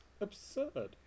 absurd